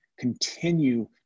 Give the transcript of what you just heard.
continue